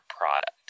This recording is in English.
product